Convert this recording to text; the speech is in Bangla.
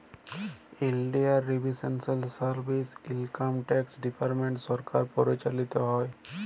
ইলডিয়াল revenue service, income tax department সরকার পরিচালিত হ্যয়